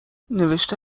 نوشته